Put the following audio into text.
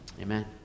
Amen